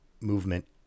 movement